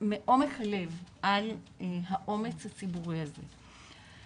מעומק הלב על האומץ הציבורי הזה .